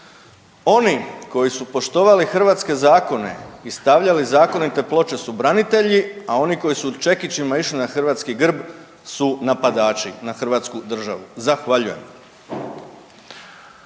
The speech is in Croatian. oni koji su poštovali hrvatske zakone i stavljali zakonite ploče su branitelji, a oni koji su čekićima išli na hrvatski grb su napadači na Hrvatsku državu. Zahvaljujem.